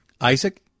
Isaac